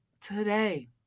today